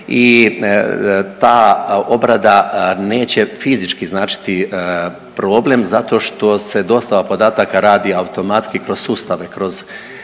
i ta obrada neće fizički značiti problem zato što se dostava podataka radi automatski kroz sustave, kroz